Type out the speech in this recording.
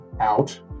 out